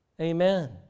Amen